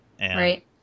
Right